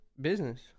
Business